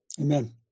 Amen